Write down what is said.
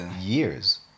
years